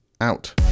out